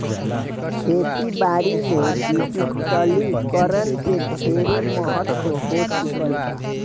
खेती बारी में डिजिटलीकरण के ढेरे महत्व हो चुकल बा